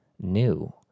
new